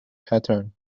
pattern